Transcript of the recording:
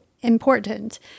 important